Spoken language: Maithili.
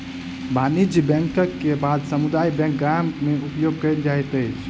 वाणिज्यक बैंक के बाद समुदाय बैंक गाम में उपयोग कयल जाइत अछि